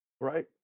Right